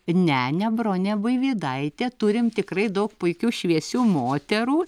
ne ne bronė buivydaitė turim tikrai daug puikių šviesių moterų